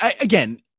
Again